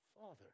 Father